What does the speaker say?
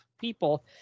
people